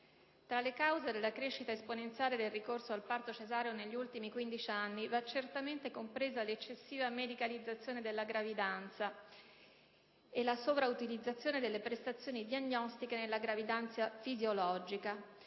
Tra le cause della crescita esponenziale del ricorso al parto cesareo negli ultimi 15 anni vanno certamente comprese l'eccessiva medicalizzazione della gravidanza e la sovrautilizzazione delle prestazioni diagnostiche nella gravidanza fisiologica